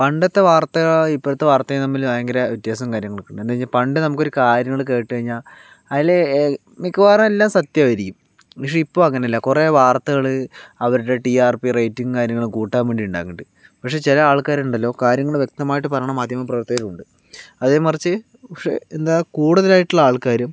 പണ്ടത്തെ വാർത്ത ഇപ്പോഴത്തെ വാർത്തയും തമ്മിൽ ഭയങ്കര വ്യത്യാസവും കാര്യങ്ങളൊക്കെയുണ്ട് പണ്ട് നമുക്കൊരു കാര്യങ്ങൾ കേട്ടു കഴിഞ്ഞാൽ അതിലെ മിക്കവാറും എല്ലാം സത്യമായിരിക്കും പക്ഷേ ഇപ്പോൾ അങ്ങനെയല്ല കുറേ വാർത്തകൾ അവരുടെ ടി ആർ പി റേറ്റിംഗും കാര്യങ്ങളും കൂട്ടാൻ വേണ്ടി ഉണ്ടാക്കുന്നുണ്ട് പക്ഷേ ചില ആൾക്കാർ ഉണ്ടല്ലോ കാര്യങ്ങൾ വ്യക്തമായിട്ട് പറയുന്ന മാധ്യമ പ്രവർത്തകരും ഉണ്ട് അതേമറിച്ച് പക്ഷേ എന്താ കൂടുതലായിട്ട് ഉള്ള ആൾക്കാരും